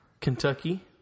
Kentucky